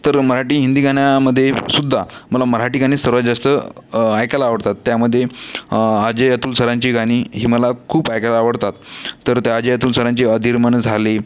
तर मराठी हिंदी गाण्यामध्येसुद्धा मला मराठी गाणी सर्वात जास्त ऐकायला आवडतात त्यामध्ये अजय अतुल सरांची गाणी ही मला खूप ऐकायला आवडतात तर त्या अजय अतुल सरांचे अधीर मन झाले